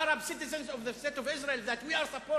Arab citizens of the state of Israel that we are supporting.